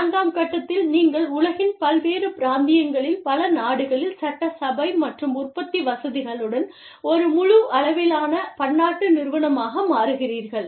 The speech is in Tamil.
நான்காம் கட்டத்தில் நீங்கள் உலகின் பல்வேறு பிராந்தியங்களில் பல நாடுகளில் சட்டசபை மற்றும் உற்பத்தி வசதிகளுடன் ஒரு முழு அளவிலான பன்னாட்டு நிறுவனமாக மாறுகிறீர்கள்